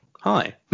Hi